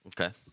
Okay